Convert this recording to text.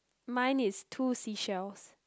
mine is two seashells